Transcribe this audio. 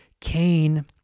Cain